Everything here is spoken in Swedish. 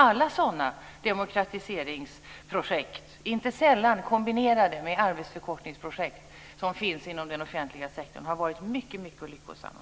Alla sådana demokratiseringsprojekt - inte sällan kombinerade med arbetstidsförkortningsprojekt - inom den offentliga sektorn har varit mycket lyckosamma.